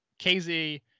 KZ